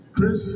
Chris